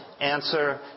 answer